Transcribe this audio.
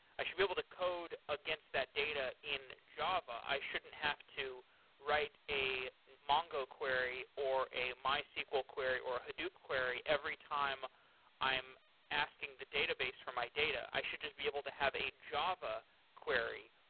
i should be able to code against that data in java. i shouldn't have to write a mongo query, or a mysql query, or a hadoop query every time i'm asking the database from my data. i should just be able to have a java query,